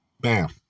bam